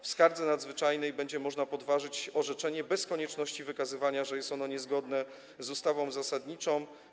W skardze nadzwyczajnej będzie można podważyć orzeczenie bez konieczności wykazywania, że jest ono niezgodne z ustawą zasadniczą.